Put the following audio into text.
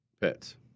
pets